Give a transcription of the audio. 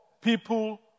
people